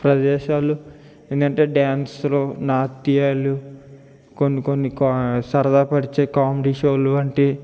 ప్రదేశాలు ఏంటంటే డ్యాన్స్లు నాట్యాలు కొన్ని కొన్ని సరదాపరిచే కామెడీ షోలు అంటే